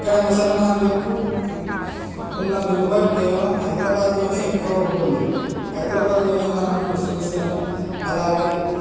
ఇక్కడ ముసల్మాన్లకు అం ఉన్న విలువ కేవలం హైదరాబాద్లోనే ఎక్కువ ఉంటుంది హైదరాబాద్లోనే మనం ముస్లిమ్స్లను అలాగే